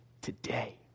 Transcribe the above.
today